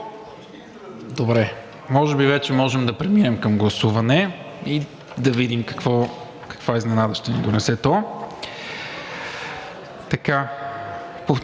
(Смях.) Може би вече можем да преминем към гласуване и да видим каква изненада ще ни донесе то.